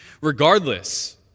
Regardless